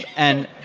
and,